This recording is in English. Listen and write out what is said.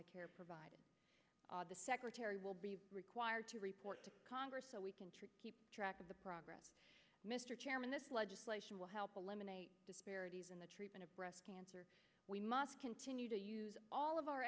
the care provided the secretary will be required to report to congress so we can keep track of the progress mr chairman this legislation will help eliminate disparities in the treatment of breast cancer we must continue to use all of our